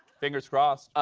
fingers crossed.